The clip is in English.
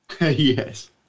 Yes